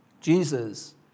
Jesus